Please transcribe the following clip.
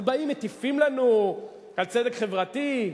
אז באים מטיפים לנו על צדק חברתי,